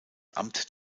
amt